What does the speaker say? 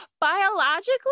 biologically